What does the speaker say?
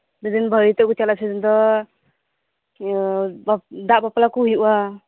ᱡᱮᱫᱤᱱ ᱵᱟᱹᱨᱭᱟᱹᱛᱚᱜ ᱠᱩ ᱪᱟᱞᱟᱜᱼᱟ ᱥᱮᱫᱤᱱ ᱫᱚ ᱫᱟᱜ ᱵᱟᱯᱞᱟᱠᱩ ᱦᱩᱭᱩᱜᱼᱟ